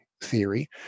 theory